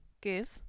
give